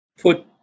put